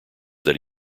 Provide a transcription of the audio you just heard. that